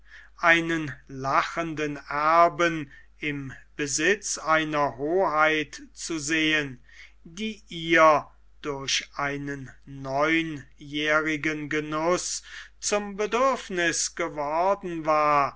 einen lachenden erben im besitz einer hoheit zu sehen die ihr durch einen neunjährigen genuß zum bedürfniß geworden war